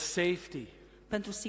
safety